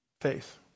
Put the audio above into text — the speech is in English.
faith